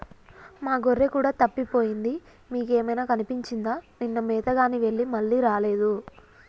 మా గొర్రె కూడా తప్పిపోయింది మీకేమైనా కనిపించిందా నిన్న మేతగాని వెళ్లి మళ్లీ రాలేదు